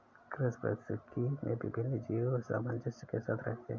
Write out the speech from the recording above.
कृषि पारिस्थितिकी में विभिन्न जीव सामंजस्य के साथ रहते हैं